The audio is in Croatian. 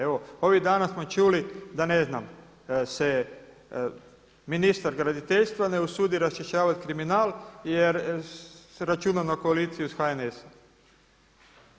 Evo ovih dana smo čuli da ne znam se ministar graditeljstva ne usudi raščišćavati kriminal jer se računa na koaliciju sa HNS-om.